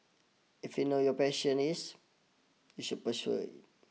if you know your passion is you should pursue it